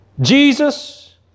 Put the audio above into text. Jesus